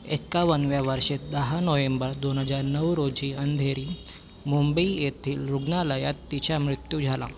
एक्कावनव्या वर्षी दहा नोएंबर दोन हजार नऊ रोजी अंधेरी मुंबई येथील रूग्णालयात तिचा मृत्यू झाला